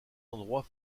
endroit